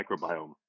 microbiome